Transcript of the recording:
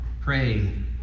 Pray